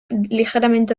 ligeramente